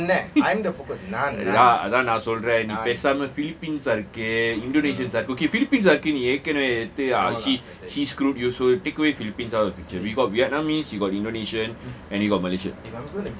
அதான் நான் சொல்றன் பேசாம:athaan naan solran peasaama philippines இருக்கு:irukku indonesian இருக்கு:irukku okay philippines ah இருக்கு ஏன்னா நீ ஏற்கனவே:irukku ennah nee eatkanawea she she screwed you so take away philippines out of the picture you got vietnamese you got the indonesian and you got malaysian